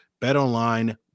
BetOnline